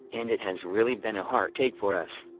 and it has really been a heartache for us.